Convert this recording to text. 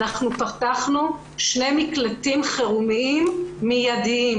פתחנו שני מקלטים חירומיים ומיידיים